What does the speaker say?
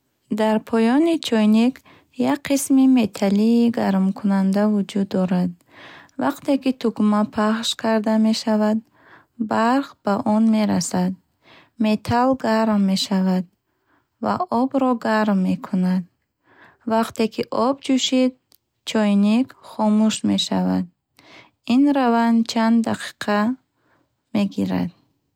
Дар поёни чойник як қисми металлии гармкунанда вуҷуд дорад. Вақте ки тугма пахш карда мешавад, барқ ба он мерасад. Металл гарм мешавад ва обро гарм мекунад. Вақте, ки об ҷӯшид, чойник хомӯш мешавад. Ин раванд чанд дақиқа мегирад.